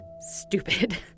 stupid